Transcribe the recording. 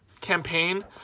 campaign